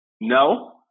No